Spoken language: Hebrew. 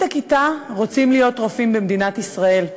רוצים להיות רופאים במדינת ישראל.